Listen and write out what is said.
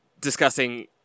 discussing